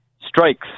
strikes